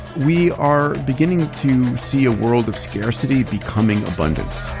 we are beginning to see a world of scarcity becoming abundance